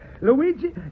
Luigi